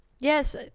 Yes